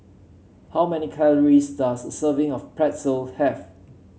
how many calories does a serving of Pretzel have